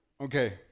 Okay